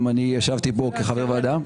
גם אני ישבתי פה כחבר ועדה.